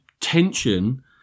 tension